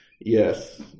yes